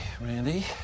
Randy